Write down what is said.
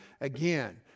again